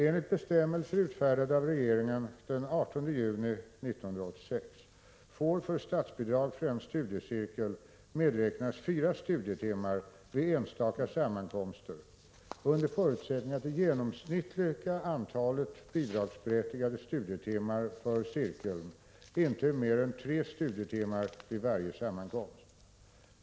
Enligt bestämmelser utfärdade av regeringen den 18 juni 1986 får för statsbidrag för en studiecirkel medräknas fyra studietimmar vid enstaka sammankomster under förutsättning att det genomsnittliga antalet bidragsberättigade studietimmar för studiecirkeln inte är mer än tre studietimmar vid varje sammankomst.